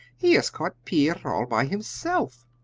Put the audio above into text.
he has caught pier all by himself.